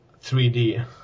3D